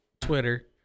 Twitter